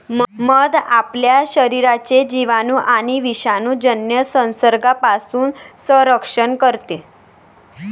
मध आपल्या शरीराचे जिवाणू आणि विषाणूजन्य संसर्गापासून संरक्षण करते